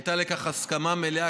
הייתה לכך הסכמה מלאה,